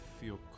feel